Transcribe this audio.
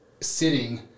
sitting